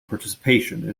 participation